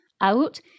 out